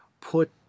put